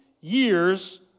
years